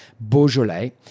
Beaujolais